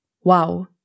Wow